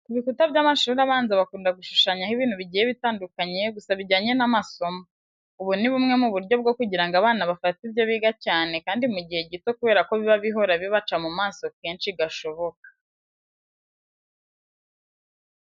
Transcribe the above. Ku bikuta by'amashuri abanza bakunda gushushanyaho ibintu bigiye bitandukanye gusa bijyanye n'amasomo. Ubu ni bumwe mu buryo bwo kugira ngo abana bafate ibyo biga cyane kandi mu gihe gito kubera ko biba bihora bibaca mu maso kenshi gashoboka.